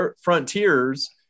frontiers